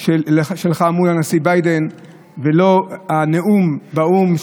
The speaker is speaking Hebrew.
שלך מול הנשיא ביידן ולא הנאום באו"ם,